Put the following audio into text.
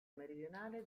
meridionale